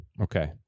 Okay